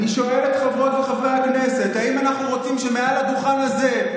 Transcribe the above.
אני שואל את חברות וחברי הכנסת: האם אנחנו רוצים שמעל הדוכן הזה,